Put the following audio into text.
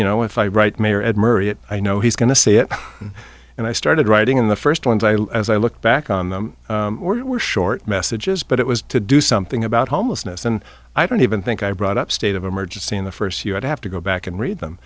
murray it i know he's going to see it and i started writing in the first ones i as i look back on them were short messages but it was to do something about homelessness and i don't even think i brought up state of emergency in the first year i'd have to go back and read them